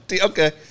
okay